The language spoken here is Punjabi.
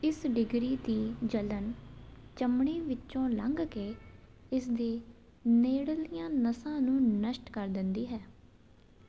ਇਸ ਡਿਗਰੀ ਦੀ ਜਲਣ ਚਮੜੀ ਵਿੱਚੋਂ ਲੰਘ ਕੇ ਇਸ ਦੇ ਨੇੜਲੀਆਂ ਨਸਾਂ ਨੂੰ ਨਸ਼ਟ ਕਰ ਦਿੰਦੀ ਹੈ